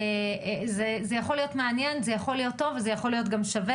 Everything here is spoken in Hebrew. זה יכול להיות מעניין, טוב ושווה.